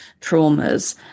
traumas